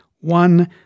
one